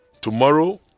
Tomorrow